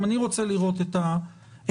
אני רוצה לראות את הפרשנות.